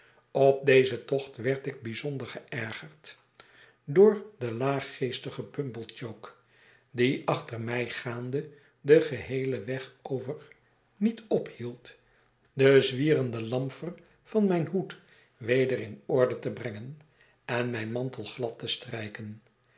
op dezen tocht werd ik bijzonder geergerd door den laaggeestigen pumblechook die achter mij gaande den geheelen weg over niet ophield den zwierenden lamfer van mijn hoed weder in orde te brengen en mijn mantel glad te strijken